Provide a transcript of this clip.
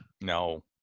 No